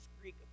Greek